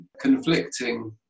conflicting